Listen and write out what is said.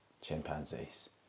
chimpanzees